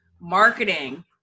marketing